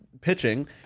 pitching